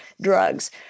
drugs